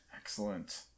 Excellent